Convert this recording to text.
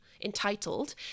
entitled